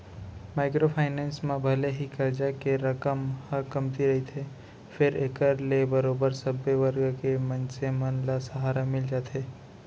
micro finance म भले ही करजा के रकम ह कमती रहिथे फेर एखर ले बरोबर सब्बे वर्ग के मनसे मन ल सहारा मिल जाथे